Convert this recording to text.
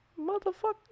motherfucker